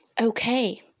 okay